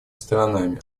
сторонами